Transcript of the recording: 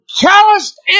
calloused